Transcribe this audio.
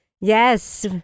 Yes